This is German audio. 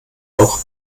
auch